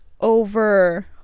over